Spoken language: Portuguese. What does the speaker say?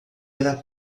era